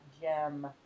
gem